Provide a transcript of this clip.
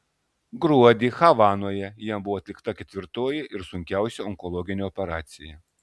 gruodį havanoje jam buvo atlikta ketvirtoji ir sunkiausia onkologinė operacija